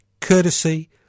courtesy